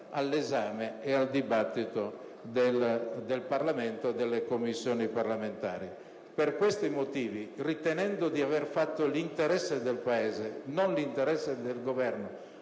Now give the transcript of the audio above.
all'esame e al dibattito del Parlamento e delle Commissioni parlamentari. Per questi motivi, ritenendo di aver fatto l'interesse del Paese e non del Governo,